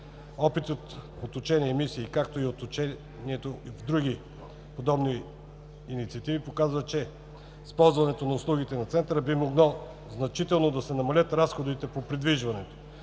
Опитът от учения и мисии, както и от участието в други подобни инициативи показва, че с ползването на услугите на Центъра би могло значително да се намалят разходите по придвижването.